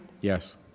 Yes